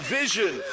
vision